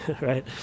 right